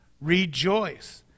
Rejoice